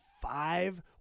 five